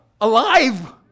alive